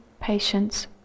patience